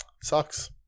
sucks